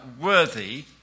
worthy